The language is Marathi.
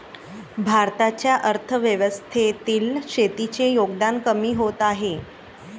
भारताच्या अर्थव्यवस्थेतील शेतीचे योगदान कमी होत आहे